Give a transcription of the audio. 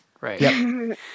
Right